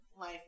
life